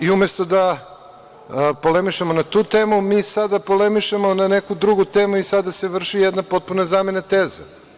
Umesto da polemišemo na tu temu, mi sada polemišemo na neku drugu temu i sada se vrši jedna potpuna zamena teze.